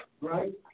right